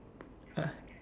uh